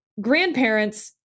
Grandparents